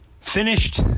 finished